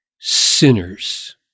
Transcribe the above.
sinners